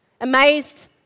Amazed